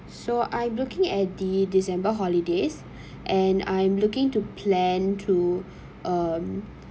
so I'm looking at the december holidays and I'm looking to plan to um